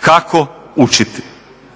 kako učiti,